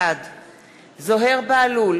בעד זוהיר בהלול,